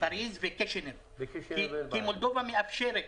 כי מולדובה מאפשרת